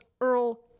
Earl